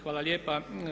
Hvala lijepa.